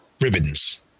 ribbons